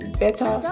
better